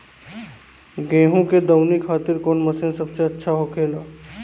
गेहु के दऊनी खातिर कौन मशीन सबसे अच्छा होखेला?